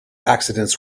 accidents